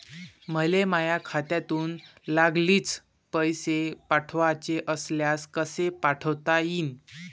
मले माह्या खात्यातून लागलीच पैसे पाठवाचे असल्यास कसे पाठोता यीन?